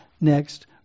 next